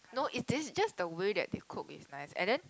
no it taste just the way that they cook is nice and then